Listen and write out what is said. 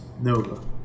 Nova